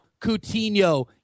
Coutinho